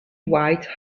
white